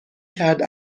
کرد